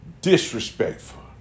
disrespectful